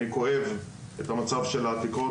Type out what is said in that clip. אני כואב את המצב של העתיקות,